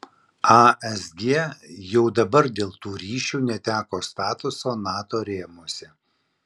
asg jau dabar dėl tų ryšių neteko statuso nato rėmuose